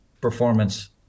performance